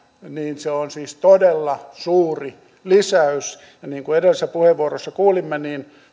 niin se on siis todella suuri lisäys ja niin kuin edellisessä puheenvuorossa kuulimme